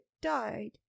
died